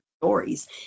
stories